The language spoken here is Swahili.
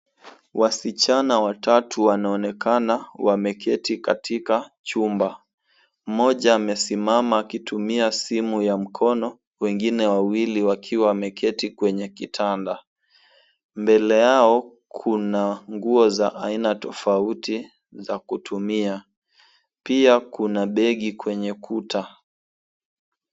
Wasichana watatu wanaonekana wameketi katika chumba. Mmoja amesimama akitumia simu ya mkono, wengine wawili wakiwa wameketi kwenye kitanda. Mbele yao kuna nguo za aina tofauti za kutumia. Pia kuna begi kwenye kuta.